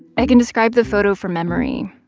i can describe the photo from memory.